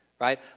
right